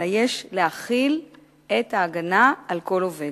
אלא יש להחיל את ההגנה על כל עובד.